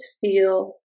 feel